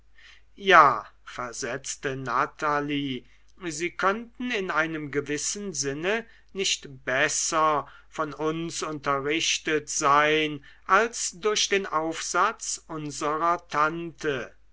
ja versetzte natalie sie könnten in einem gewissen sinne nicht besser von uns unterrichtet sein als durch den aufsatz unserer tante